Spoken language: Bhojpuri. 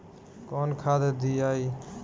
कौन खाद दियई?